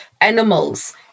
animals